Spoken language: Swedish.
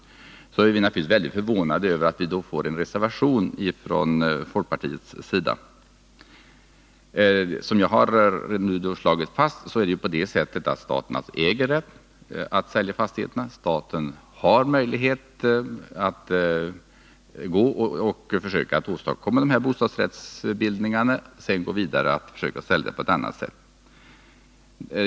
Därför är vi i utskottet naturligtvis förvånade över att fp-ledamöterna i utskottet har reserverat sig. Staten äger rätt att sälja fastigheterna. Staten har möjlighet att försöka åstadkomma bostadsrättsbildningar, och om det inte går kan staten gå vidare och försöka sälja fastigheterna på annat håll.